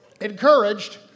encouraged